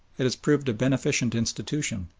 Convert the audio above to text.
it has proved a beneficent institution,